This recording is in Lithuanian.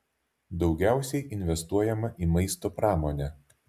daugiausiai investuojama į maisto pramonę